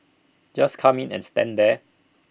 just come in and stand there